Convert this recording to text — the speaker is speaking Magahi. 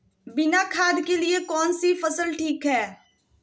बिना खाद के लिए कौन सी फसल ठीक है?